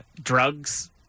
drugs